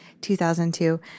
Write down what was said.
2002